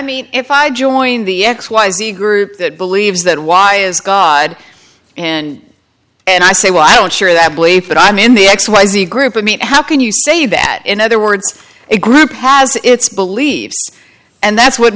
mean if i join the x y z group that believes that y is god and and i say well i don't share that belief that i'm in the x y z group i mean how can you say that in other words a group has its believes and that's what